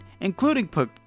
including